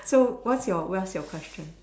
so what's your what's your question